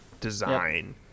design